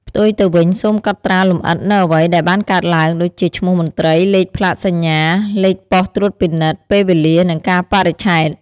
ផ្ទុយទៅវិញ សូមកត់ត្រាលម្អិតនូវអ្វីដែលបានកើតឡើង ដូចជាឈ្មោះមន្ត្រី លេខផ្លាកសញ្ញា លេខប៉ុស្តិ៍ត្រួតពិនិត្យ ពេលវេលា និងកាលបរិច្ឆេទ។